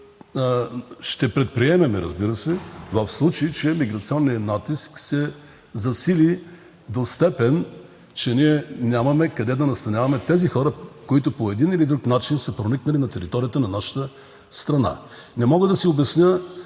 ще предприемем, в случай че миграционният натиск се засили до степен, че ние нямаме къде да настаняваме тези хора, които по един или друг начин са проникнали на територията на нашата страна. Не мога да си обясня: